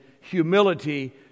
humility